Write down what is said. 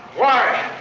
why?